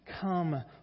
Come